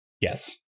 Yes